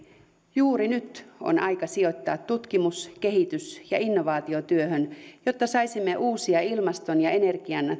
juuri nyt on aika sijoittaa tutkimus kehitys ja innovaatiotyöhön jotta saisimme uusia ilmaston ja